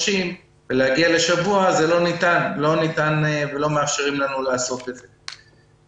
ולהגיע לשבוע לא ניתן ולא מאפשרים לנו לעשות את זה.